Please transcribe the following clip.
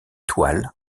toile